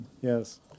Yes